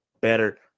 better